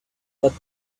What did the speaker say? but